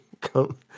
come